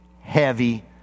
heavy